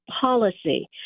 policy